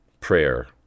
prayer